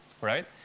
right